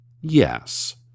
yes